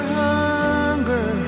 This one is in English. hunger